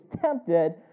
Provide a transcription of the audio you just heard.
tempted